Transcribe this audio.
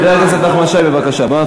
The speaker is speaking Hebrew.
חבר הכנסת נחמן שי, בבקשה.